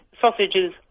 Sausages